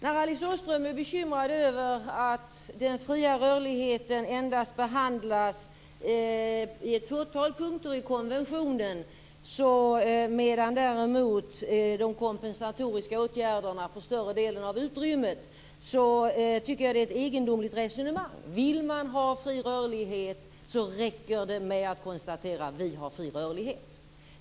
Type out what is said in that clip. Fru talman! Alice Åström är bekymrad över att den fria rörligheten endast behandlas i ett fåtal punkter i konventionen, medan däremot de kompensatoriska åtgärderna får större delen av utrymmet. Det tycker jag är ett egendomligt resonemang. Vill man ha fri rörlighet, räcker det med att konstatera: Vi har fri rörlighet.